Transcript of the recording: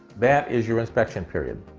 that is your inspection period.